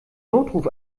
notruf